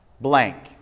blank